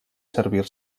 servir